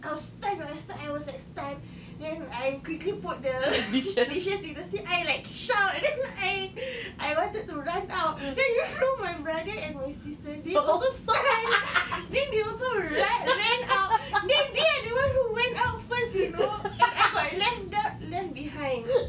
I was stun right I was like stun then I quickly put the dishes in the sink I like shout I wanted to run out then you know my brother and my sister they also stun then they also ru~ ran out then they are the one who went out first you know and I got left dar~ left behind